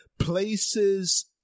places